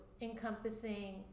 encompassing